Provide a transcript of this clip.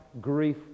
grief